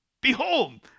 Behold